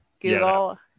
google